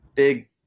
Big